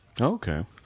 okay